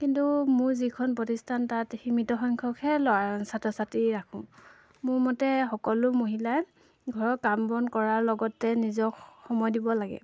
কিন্তু মোৰ যিখন প্ৰতিষ্ঠান তাত সীমিত সংখ্যকহে ল'ৰা ছাত্ৰ ছাত্ৰী ৰাখোঁ মোৰ মতে সকলো মহিলাই ঘৰৰ কাম বন কৰাৰ লগতে নিজক সময় দিব লাগে